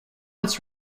its